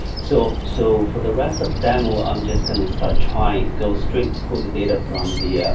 so so for the rest of demo i'm just gonna start trying, go straight for the data from the